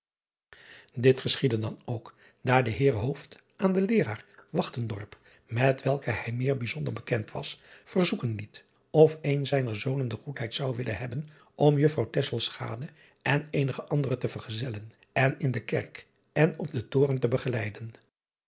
it geschiedde dan ook daar de eer aan den eeraar met welken hij meer bijzonder bekend was verzoeken liet of een zijner zonen de goedheid zou willen hebben om uffrouw en eenige andere te vergezellen en in de kerk en op den toren te begeleiden